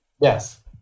Yes